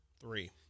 three